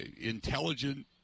intelligent